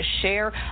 share